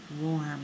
warm